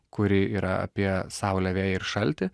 kuri yra apie saulę vėją ir šaltį